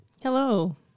hello